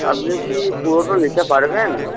আপনি কি পুরোটা নিতে পারবেন